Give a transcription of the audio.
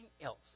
else